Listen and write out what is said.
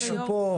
אז משהו פה.